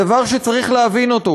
זה דבר שצריך להבין אותו,